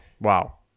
Wow